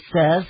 says